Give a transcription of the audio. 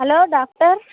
hello doctor